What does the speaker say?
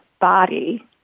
body